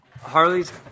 Harley's